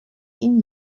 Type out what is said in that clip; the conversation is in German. ihn